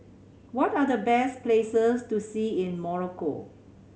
what are the best places to see in Morocco